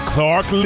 Clark